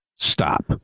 stop